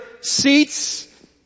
seats